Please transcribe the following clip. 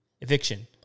Eviction